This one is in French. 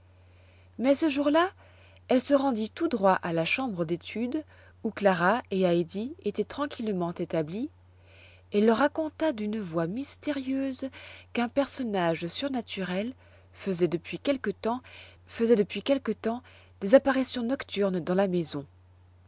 mais ce jour-là elle se rendit tout droit à la chambre d'études où clara et heidi étaient tranquillement établies et leur raconta d'une voix mystérieuse qu'un personnage surnaturel faisait depuis quelque temps des apparitions nocturnes dans la maison